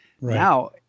Now